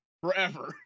forever